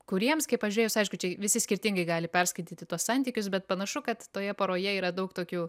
kuriems kaip pažiūrėjus aišku čia visi skirtingai gali perskaityti tuos santykius bet panašu kad toje poroje yra daug tokių